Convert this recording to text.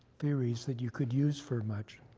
theories that you could use for much.